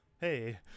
hey